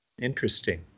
Interesting